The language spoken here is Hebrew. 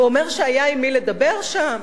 ואומר שהיה עם מי לדבר שם,